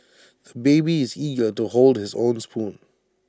the baby is eager to hold his own spoon